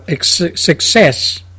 success